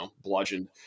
bludgeoned